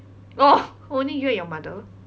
oh only you and your mother